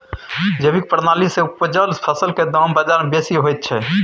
जैविक प्रणाली से उपजल फसल के दाम बाजार में बेसी होयत छै?